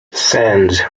sands